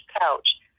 couch